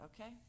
Okay